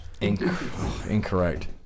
Incorrect